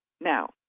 Now